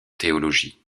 théologie